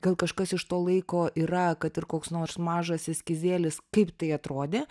gal kažkas iš to laiko yra kad ir koks nors mažas eskizėlis kaip tai atrodė